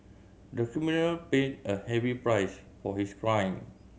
the criminal paid a heavy price for his crime